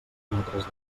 metres